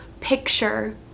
picture